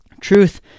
truth